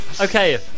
Okay